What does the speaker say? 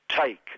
take